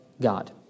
God